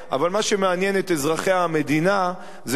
אבל מה שמעניין את אזרחי המדינה זה שלא